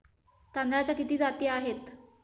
तांदळाच्या किती जाती आहेत?